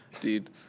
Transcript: Dude